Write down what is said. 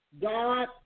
God